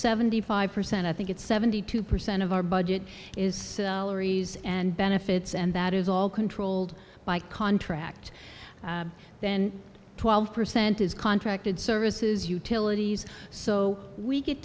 seventy five percent i think it's seventy two percent of our budget is celery and benefits and that is all controlled by contract then twelve percent is contracted services utilities so we get